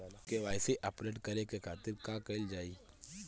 KYC update करे के खातिर का कइल जाइ?